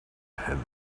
him